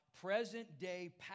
Present-day